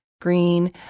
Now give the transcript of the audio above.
green